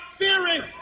fearing